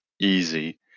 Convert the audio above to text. easy